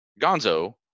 Gonzo